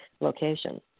location